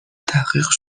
تحقیق